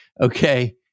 Okay